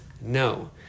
no